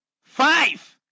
Five